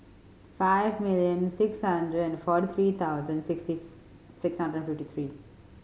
five million six hundred and forty three thousand sixty six hundred and fifty three